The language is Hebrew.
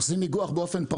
עושים איגוח באופן פרטי,